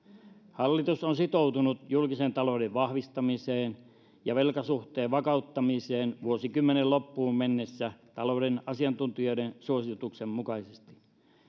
hallitus on sitoutunut julkisen talouden vahvistamiseen ja velkasuhteen vakauttamiseen vuosikymmenen loppuun mennessä talouden asiantuntijoiden suosituksen mukaisesti